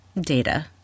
data